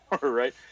right